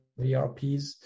vrps